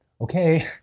okay